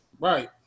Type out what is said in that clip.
right